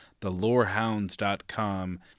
thelorehounds.com